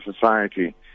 society